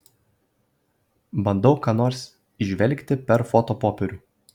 bandau ką nors įžvelgti per fotopopierių